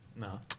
No